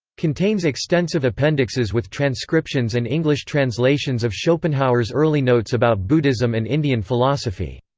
contains extensive appendixes with transcriptions and english translations of schopenhauer's early notes about buddhism and indian philosophy.